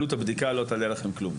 עלות הבדיקה לא תעלה לכם כלום.